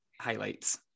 highlights